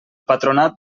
patronat